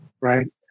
Right